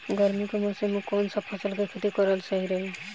गर्मी के मौषम मे कौन सा फसल के खेती करल सही रही?